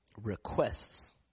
requests